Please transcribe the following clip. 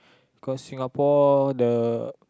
cause Singapore the